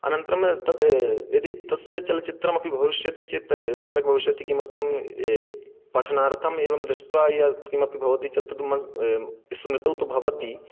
अनन्तरं तद् यदि तस्य चलच्चित्रमपि भविष्यति चेत् तर्हि सम्यक् भविष्यति किमर्थं पठनार्थमेवं दृष्ट्वा यद् किमपि भवति चेत् स्मृतौ तु भवति